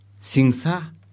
Singsa